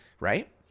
right